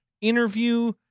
interview